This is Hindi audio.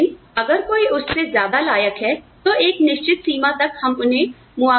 लेकिन अगर कोई उससे ज्यादा लायक है तो एक निश्चित सीमा तक हम उन्हें मुआवजा दे सकते हैं